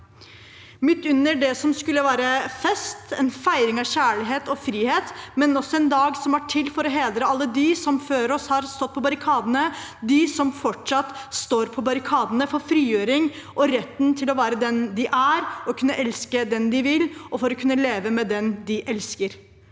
midt under det som skulle være en fest, en feiring av kjærlighet og frihet, men også en dag som er til for å hedre alle de som før oss har stått på barrikadene, de som fortsatt står på barrikadene for frigjøring og retten til å være den de er og kunne elske den de vil, og for å kunne leve med den de elsker.